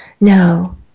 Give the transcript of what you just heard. No